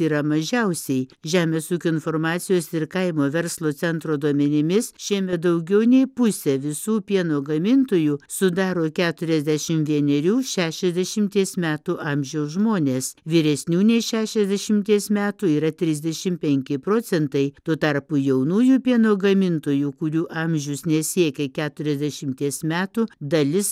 yra mažiausiai žemės ūkio informacijos ir kaimo verslo centro duomenimis šiemet daugiau nei pusė visų pieno gamintojų sudaro keturiasdešim vienerių šešiasdešimties metų amžiaus žmonės vyresnių nei šešiasdešimties metų yra trisdešim penki procentai tuo tarpu jaunųjų pieno gamintojų kurių amžius nesiekia keturiasdešimties metų dalis